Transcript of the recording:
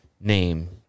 name